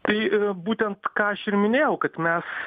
tai būtent ką aš ir minėjau kad mes